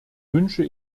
wünsche